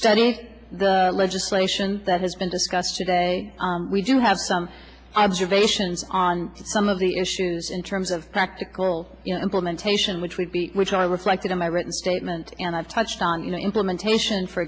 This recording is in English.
studied the legislation that has been discussed today we do have some observations on some of the issues in terms of practical implementation which would be which are reflected in my written statement and i've touched on the implementation for